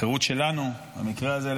החירות שלנו במקרה הזה,